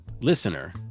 listener